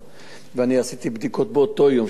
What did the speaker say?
ואני עשיתי בדיקות באותו היום שזה קרה,